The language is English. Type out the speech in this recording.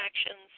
actions